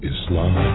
Islam